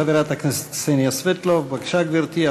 חברת הכנסת קסניה סבטלובה, בבקשה, גברתי.